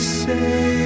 say